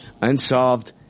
unsolved